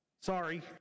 Sorry